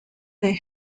they